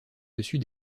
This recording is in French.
dessus